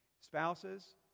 Spouses